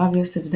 הרב יוסף דאנון,